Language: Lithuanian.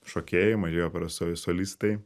šokėjai mažieji operos solistai